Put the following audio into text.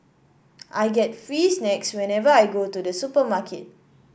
I get free snacks whenever I go to the supermarket